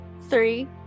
three